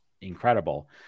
incredible